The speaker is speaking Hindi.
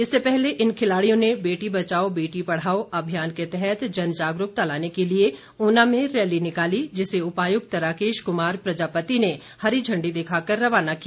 इससे पहले इन खिलाड़ियों ने बेटी बचाओ बेटी पढ़ाओं अभियान के तहत जन जागरूकता लाने के लिए ऊना में रैली निकाली जिसे उपायुक्त राकेश कुमार प्रजापति ने हरी इांडी दिखाकर रवाना किया